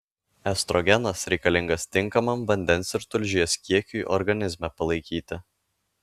estrogenas reikalingas tinkamam vandens ir tulžies kiekiui organizme palaikyti